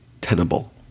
tenable